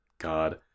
God